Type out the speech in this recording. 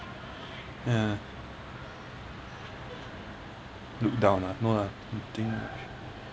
ya look down ah no lah I think